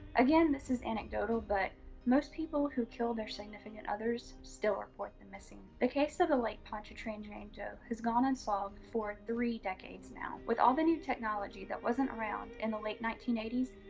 again, this is anecdotal, but most people who kill their significant others still report them missing. the case of the lake pontchartrain jane doe has gone unsolved for three decades now. with all the new technology that wasn't around in the late nineteen eighty s,